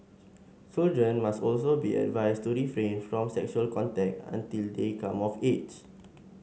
children must also be advised to refrain from sexual contact until they come of age